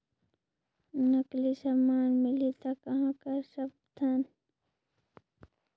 नकली समान मिलही त कहां कर सकथन?